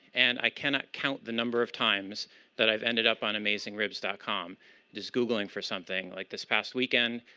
and i cannot count the number of times that i've ended up on amazingribs dot com just googling for something. like this past weekend,